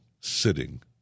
sitting